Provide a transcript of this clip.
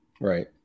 right